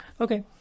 Okay